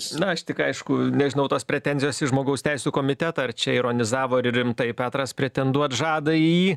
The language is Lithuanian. na aš tik aišku nežinau tos pretenzijos į žmogaus teisių komitetą ar čia ironizavo ar rimtai petras pretenduot žada į jį